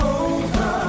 over